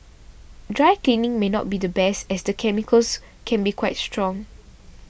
dry cleaning may not be the best as the chemicals can be quite strong